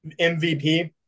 MVP